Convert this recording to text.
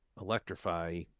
electrify